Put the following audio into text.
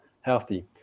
healthy